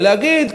ולהגיד,